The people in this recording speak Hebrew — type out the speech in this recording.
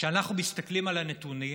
כשאנחנו מסתכלים על הנתונים,